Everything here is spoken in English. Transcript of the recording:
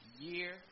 year